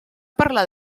parlar